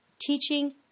teaching